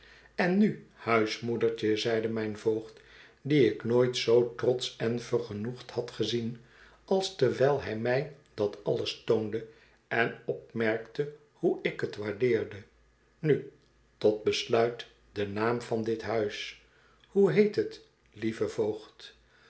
en nu huismoedertje zeide mijn voogd dien ik nooit zoo trotsch en vergenoegd had gezien als terwijl hij mij dat alles toonde en opmerkte hoe ik het waardeerde nu tot besluit de naam van dit huis hoe heet het lieve voogd